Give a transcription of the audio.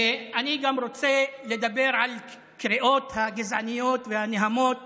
אני גם רוצה לדבר על הקריאות הגזעניות והנהמות